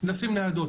- נשים ניידות.